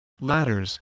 ladders